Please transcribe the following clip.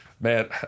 Man